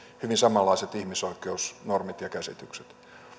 hyvin samanlaiset ihmisoikeusnormit ja käsitykset